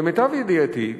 למיטב ידיעתי,